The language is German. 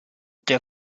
der